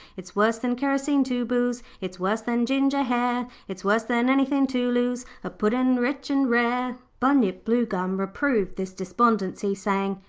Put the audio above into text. it's worse than kerosene to boose, it's worse than ginger hair. it's worse than anythin' to lose a puddin' rich and rare bunyip bluegum reproved this despondency, saying,